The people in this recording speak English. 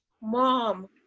Mom